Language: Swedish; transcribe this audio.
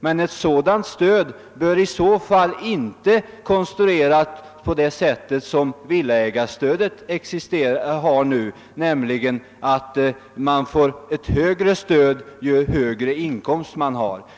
Men ett sådant stöd bör i så fall inte utformas på samma sätt som villaägarstödet är konstruerat nu, nämligen att det lämnas högre stöd ju högre inkomsten är.